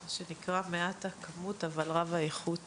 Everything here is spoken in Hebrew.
מה שנקרא: מעט הכמות, אבל רב האיכות.